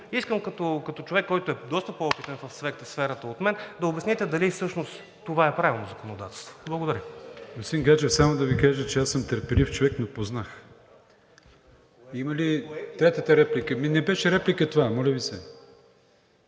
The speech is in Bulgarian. Искам като човек, който е доста по-опитен в сферата от мен, да обясните дали всъщност това е правилно законодателство. Благодаря.